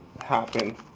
happen